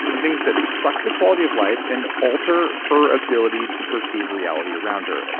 and things that suck the quality of life, and alter her ability to perceive reality around her,